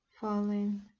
falling